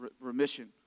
remission